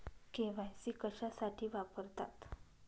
KYC कशासाठी वापरतात?